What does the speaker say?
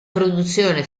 produzione